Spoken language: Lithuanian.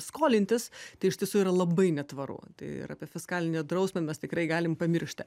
skolintis tai iš tiesų yra labai netvaru tai ir apie fiskalinę drausmę mes tikrai galim pamiršti